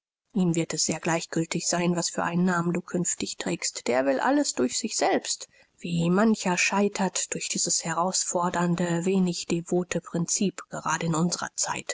ihm wird es sehr gleichgültig sein was für einen namen du künftig trägst der will alles durch sich selbst wie mancher scheitert durch dieses herausfordernde wenig devote prinzip gerade in unserer zeit